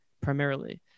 primarily